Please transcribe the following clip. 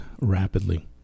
rapidly